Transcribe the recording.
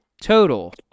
total